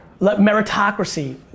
meritocracy